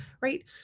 right